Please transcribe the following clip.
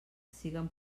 siguen